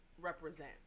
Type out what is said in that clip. represent